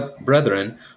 brethren